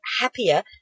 happier